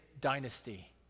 dynasty